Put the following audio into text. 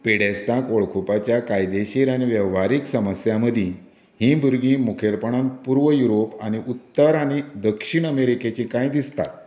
पिडेस्तांक वळखुपाच्या कायदेशीर आनी वेव्हारीक समस्यां मदीं हीं भुरगीं मुखेलपणान पुर्व युरोप आनी उत्तर आनी दक्षिण अमेरिकेचीं कांय दिसतात